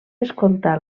escoltar